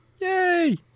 Yay